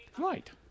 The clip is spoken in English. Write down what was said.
Right